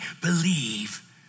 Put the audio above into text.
believe